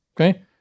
okay